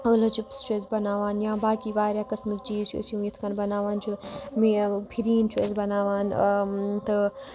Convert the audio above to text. آلوٕ chips چھِ أسۍ بَناوان یا باقٕے واریاہ قسمٕکۍ چیٖز چھِ أسۍ یِم یِتھ کٔنۍ بناوان چھِ فِریٖن چھِ أسۍ بناوان تہٕ